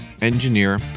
engineer